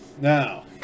Now